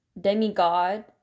demigod